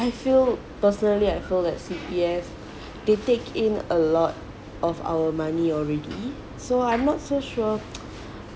I feel personally I feel that C_P_F they take in a lot of our money already so I'm not so sure